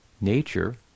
Nature